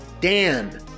Dan